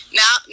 now